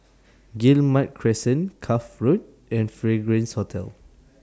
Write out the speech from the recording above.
Guillemard Crescent Cuff Road and Fragrance Hotel